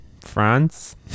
France